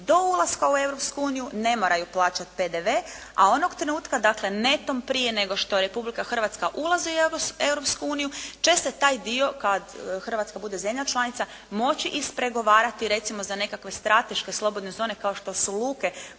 u Europsku uniju ne moraju plaćati PDV, a onog trenutka dakle netom prije nego što Republika Hrvatska ulazi u Europsku uniju će se taj dio, kad Hrvatska bude zemlja članica moći ispregovarati recimo za nekakve strateške slobodne zone kao što su luke